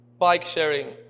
bike-sharing